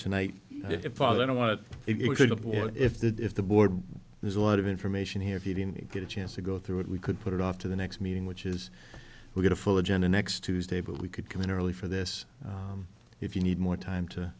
wanted if that if the board there's a lot of information here if you didn't get a chance to go through it we could put it off to the next meeting which is we get a full agenda next tuesday but we could come in early for this if you need more time to